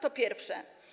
To pierwsze.